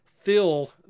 fill